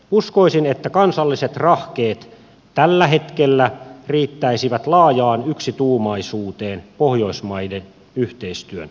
uskoisin että kansalliset rahkeet tällä hetkellä riittäisivät laajaan yksituumaisuuteen pohjoismaiden yhteistyön osalta